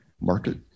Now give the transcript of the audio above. market